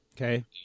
Okay